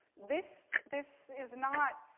this this is not,